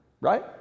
Right